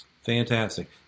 Fantastic